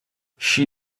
she